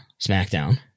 SmackDown